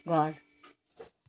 घर